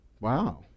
Wow